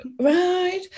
right